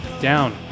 down